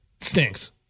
stinks